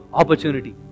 opportunity